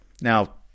Now